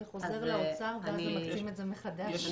זה חוזר לאוצר ואז הם מקצים את זה מחדש.